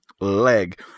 leg